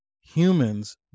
humans